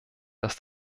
dass